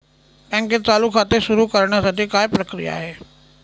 बँकेत चालू खाते सुरु करण्यासाठी काय प्रक्रिया आहे?